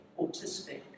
autistic